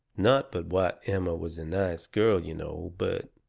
not but what emma was a nice girl, you know, but